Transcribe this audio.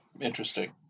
Interesting